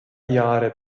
jahre